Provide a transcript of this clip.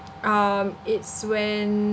um it's when